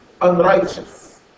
unrighteous